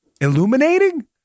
illuminating